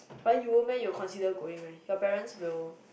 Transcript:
but you will meh you consider going meh your parents will